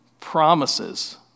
promises